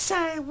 Say